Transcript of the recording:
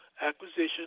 acquisition